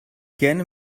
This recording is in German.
gerne